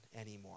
anymore